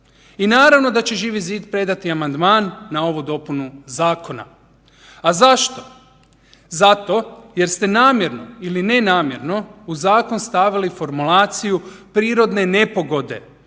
I naravno da će Živi zid predati amandman na ovu dopunu zakona. A zašto? Zato jer ste namjerno ili ne namjerno u zakon stavili formulaciju prirodne nepogode,